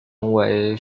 重点